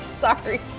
sorry